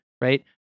right